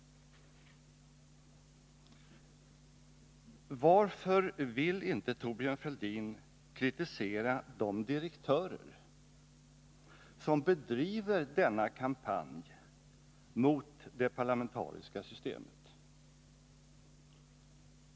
Varför vill inte Thorbjörn Fälldin kritisera de direktörer som bedriver denna kampanj mot det parlamentariska systemet?